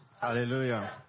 Hallelujah